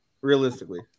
realistically